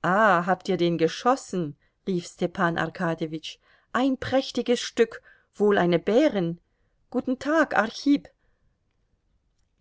ah habt ihr den geschossen rief stepan arkadjewitsch ein prächtiges stück wohl eine bärin guten tag archip